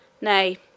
Nay